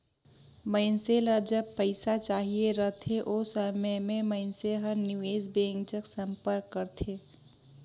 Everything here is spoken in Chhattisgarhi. मइनसे ल जब पइसा चाहिए रहथे ओ समे में मइनसे हर निवेस बेंक जग संपर्क करथे